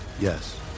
Yes